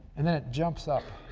and then it jumps up